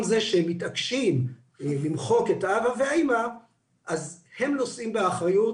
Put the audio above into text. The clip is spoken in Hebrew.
זה שהם מתעקשים למחוק את אבא ואימא אז הם נושאים באחריות.